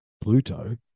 Pluto